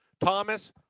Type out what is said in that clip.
Thomas